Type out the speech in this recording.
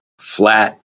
flat